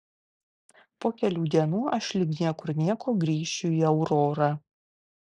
po kelių dienų aš lyg niekur nieko grįšiu į aurorą